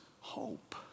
hope